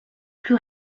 plus